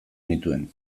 nituen